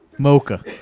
Mocha